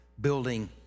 building